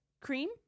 cream